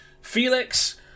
Felix